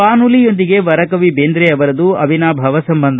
ಬಾನುಲಿಯೊಂದಿಗೆ ವರಕವಿ ದೇಂದ್ರೆ ಅವರದುಅವಿನಾಭಾವ ಸಂಬಂಧ